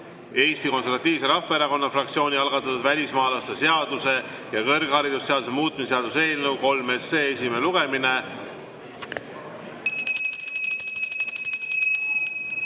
Eesti Konservatiivse Rahvaerakonna fraktsiooni algatatud välismaalaste seaduse ja kõrgharidusseaduse muutmise seaduse eelnõu nr 3 esimene lugemine.